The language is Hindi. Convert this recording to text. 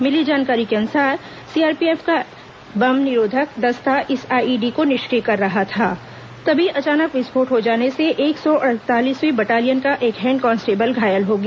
मिली जानकारी के अनुसार सीआरपीएफ का बम निरोधक दस्ता इस आईईडी को निष्क्रिय कर रहा था तभी अचानक विस्फोट हो जाने से एक सौ अड़सठवीं बटालियन का एक हेड कांस्टेबल घायल हो गया